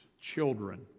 children